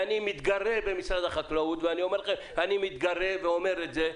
ואני מתגרה במשרד החקלאות ואומר את זה,